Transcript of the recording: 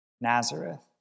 Nazareth